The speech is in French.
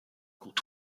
quant